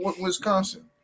Wisconsin